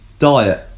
Diet